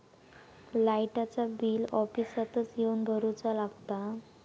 लाईटाचा बिल ऑफिसातच येवन भरुचा लागता?